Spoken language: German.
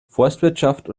forstwirtschaft